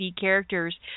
characters